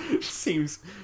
Seems